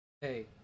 Hey